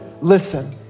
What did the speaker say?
listen